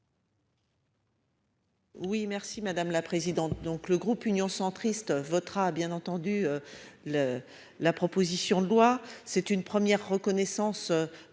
Oui merci madame la présidente. Donc le groupe Union centriste votera bien entendu le, la proposition de loi, c'est une première reconnaissance